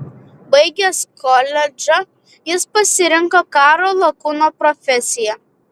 baigęs koledžą jis pasirinko karo lakūno profesiją